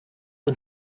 und